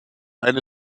eine